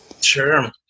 Sure